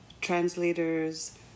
translators